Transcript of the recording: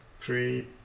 three